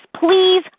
Please